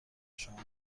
شما